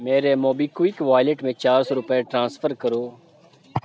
میرے MobiKwik wallet میں چار سو روپے ٹرانسفر کرو